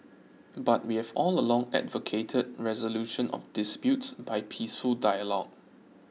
but we've all along advocated resolution of disputes by peaceful dialogue